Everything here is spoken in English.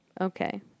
Okay